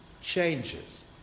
changes